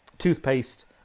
toothpaste